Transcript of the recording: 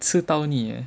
吃到尼 eh